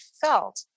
felt